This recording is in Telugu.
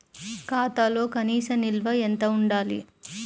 ఖాతాలో కనీస నిల్వ ఎంత ఉండాలి?